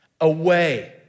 away